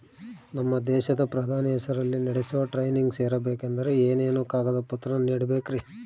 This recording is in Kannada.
ನಮ್ಮ ದೇಶದ ಪ್ರಧಾನಿ ಹೆಸರಲ್ಲಿ ನಡೆಸೋ ಟ್ರೈನಿಂಗ್ ಸೇರಬೇಕಂದರೆ ಏನೇನು ಕಾಗದ ಪತ್ರ ನೇಡಬೇಕ್ರಿ?